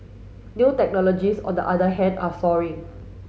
new technologies on the other hand are soaring